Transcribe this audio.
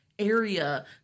area